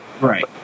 Right